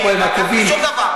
שום דבר.